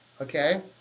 okay